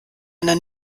einer